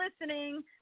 listening